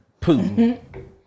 Putin